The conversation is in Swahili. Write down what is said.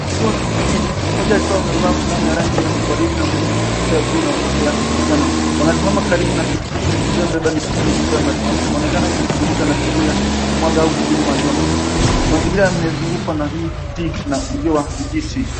Wakiwa kijijini, mmoja akiwa amevaa fulana ya rangi ya waridi na mwingine sweta ya buluu na kofia ya njano. Wanasimama karibu na pikipiki iliyobeba mitungi mikubwa ya maziwa. Wanaonekana kushughulika na shughuli ya kumwaga au kupima maziwa. Mizingira yamezungukwa na miti na uzio wa vijiti.